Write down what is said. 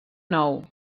nou